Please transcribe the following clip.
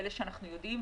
אלה שאנחנו יודעים,